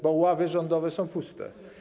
Bo ławy rządowe są puste.